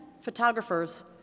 photographers